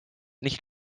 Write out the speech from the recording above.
nicht